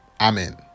amen